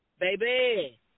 baby